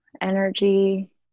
energy